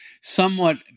somewhat